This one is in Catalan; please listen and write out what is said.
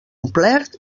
omplert